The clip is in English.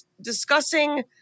discussing